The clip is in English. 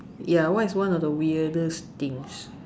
ya what is one of the weirdest things